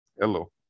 Hello